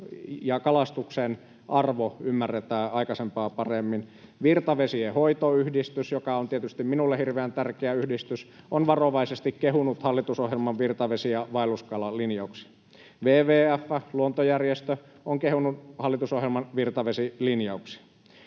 kalastuksen arvo ymmärretään aikaisempaa paremmin. Virtavesien hoitoyhdistys, joka on tietysti minulle hirveän tärkeä yhdistys, on varovaisesti kehunut hallitusohjelman virtavesi- ja vaelluskalalinjauksia. Luontojärjestö WWF on kehunut hallitusohjelman virtavesilinjauksia.